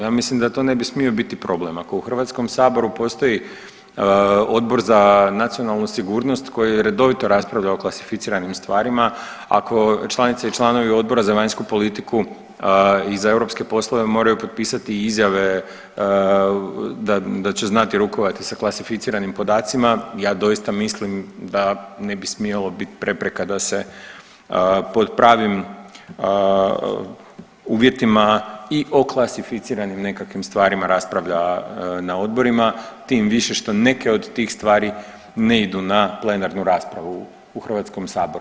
Ja mislim da to ne bi smio biti problem, ako u Hrvatskom saboru postoji Odbor za nacionalnu sigurnost koji redovito raspravlja o klasificiranim stvarima, ako članice i članovi Odbora za vanjsku politiku i za europske poslove moraju potpisati izjave da će znati rukovati sa klasificiranim podacima, ja doista mislim da ne bi smjelo biti prepreka da se pod pravim uvjetima i o klasificiranim nekakvim stvarima raspravlja na odborima tim više što neke od tih stvari ne idu na plenarnu raspravu u Hrvatskom saboru.